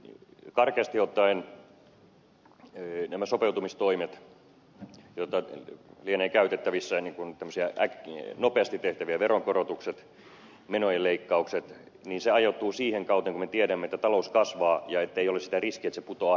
karkeasti ottaen nämä sopeutumistoimet joita lienee käytettävissä kuten nopeasti tehtävät veronkorotukset menojen leikkaukset ajoittuvat siihen kauteen kun me tiedämme että talous kasvaa ja ettei ole sitä riskiä että se putoaa heti alas